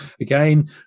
again